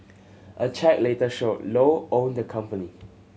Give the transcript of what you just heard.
a check later showed Low owned the company